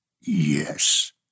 Yes